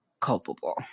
culpable